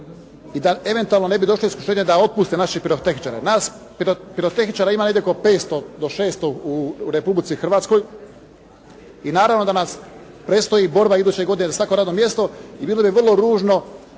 i da eventualno ne bi došli u iskušenje da otpuste naše pirotehničare. Nas pirotehničara ima negdje oko 500 do 600 u Republici Hrvatskoj i naravno da nam predstoji borba iduće godine za svako radno mjesto i bilo bi vrlo ružno